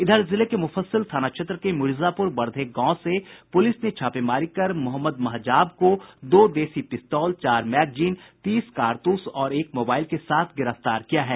इधर जिले के मूफस्सिल थाना क्षेत्र के मिर्जापूर बरधे गांव में पूलिस ने छापेमारी कर मोहम्मद महजाब को दो देसी पिस्तौल चार मैगजीन तीस कारतूस और एक मोबाइल के साथ गिरफ्तार किया है